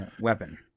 weapon